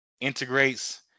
integrates